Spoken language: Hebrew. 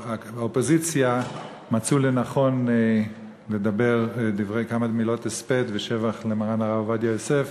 האופוזיציה מצאו לנכון לומר כמה מילות הספד בשבח מרן הרב עובדיה יוסף,